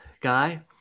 guy